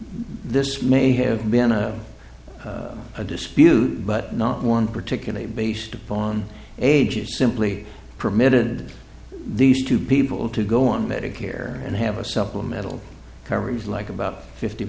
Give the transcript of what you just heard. this may have been a dispute but not one particularly based upon ages simply permitted these two people to go on medicare and have a supplemental coverage like about fifty